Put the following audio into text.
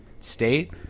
state